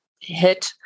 hit